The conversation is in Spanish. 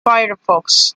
firefox